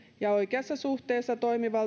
ja oikeassa suhteessa